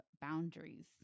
boundaries